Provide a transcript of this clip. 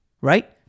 right